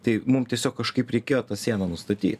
tai mum tiesiog kažkaip reikėjo tą sieną nustatyt